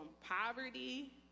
poverty